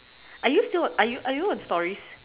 are you still are you are you on stories